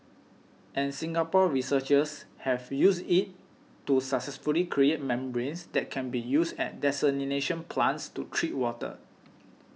and Singapore researchers have used it to successfully create membranes that can be used at desalination plants to treat water